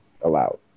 allowed